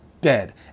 Dead